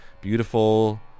beautiful